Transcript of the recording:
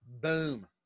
Boom